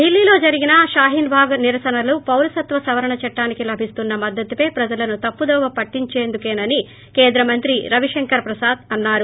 డిల్లీలో జరిగిన షాహీన్ భాగ్ నిరసనలు పౌరసత్వ సవరణ చట్టానికి లభిస్తున్న మద్దతుపై ప్రజలను తప్పుదోవ పట్టించేందుకే అని కేంద్రమంత్రి రవిశంకర్ ప్రసాద్ వ్యాఖ్యానించారు